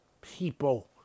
people